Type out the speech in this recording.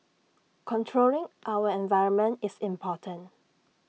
controlling our environment is important